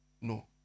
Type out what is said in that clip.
No